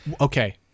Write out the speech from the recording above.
okay